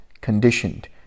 conditioned